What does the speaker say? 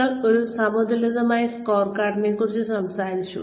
ഞങ്ങൾ ഒരു സമതുലിതമായ സ്കോർകാർഡിനെക്കുറിച്ച് സംസാരിച്ചു